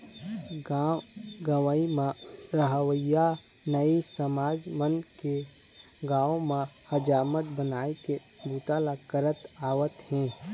गाँव गंवई म रहवइया नाई समाज मन के गाँव म हजामत बनाए के बूता ल करत आवत हे